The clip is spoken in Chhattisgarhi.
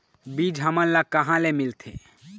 बीज हमन ला कहां ले मिलथे?